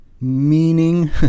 meaning